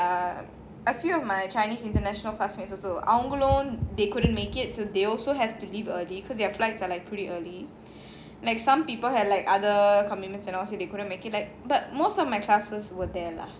a few of my chinese international classmates also அவ:ava they couldn't make it to they also have to leave early because their have are like pretty early and some people had like other commitments and all so they couldn't make it like but most of my classmates were there lah